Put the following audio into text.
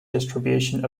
distribution